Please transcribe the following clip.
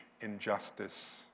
injustice